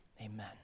amen